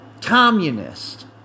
communist